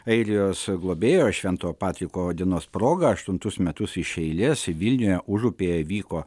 airijos globėjo švento patriko dienos proga aštuntus metus iš eilės vilniuje užupyje vyko